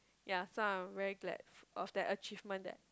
ya so I am very glad it was that achievement that